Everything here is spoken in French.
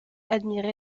admiré